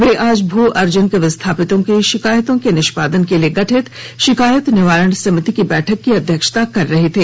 वे आज भू अर्जन के विस्थापितों के शिकायत के निष्पादन के लिए गठित शिकायत निवारण समिति की बैठक की अध्यक्षता कर रहे थे